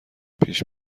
پیش